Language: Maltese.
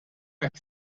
hekk